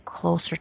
closer